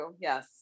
Yes